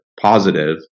positive